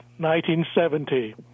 1970